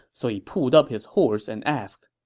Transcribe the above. so he pulled up his horse and asked,